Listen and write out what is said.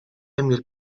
emil